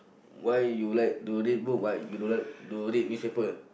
why you like to read book but you don't like to read newspaper